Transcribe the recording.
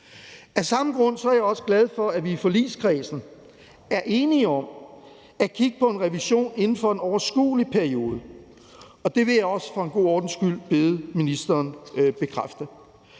Af samme grund er jeg også glad for, at vi i forligskredsen er enige om at kigge på en revision inden for en overskuelig periode, og det vil jeg også for en god ordens skyld bede ministeren bekræfte.